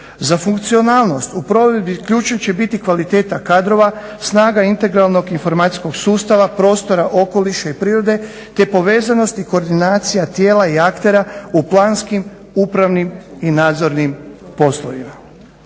Za funkcionalnost u provedbi ključna će biti kvaliteta kadrova, snaga integralnog informacijskog sustava, prostora, okoliša i prirode, te povezanost i koordinacija tijela i aktera u planskim upravnim i nadzornim poslovima.